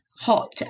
hot